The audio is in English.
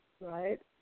Right